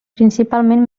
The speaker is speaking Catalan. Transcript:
principalment